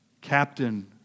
captain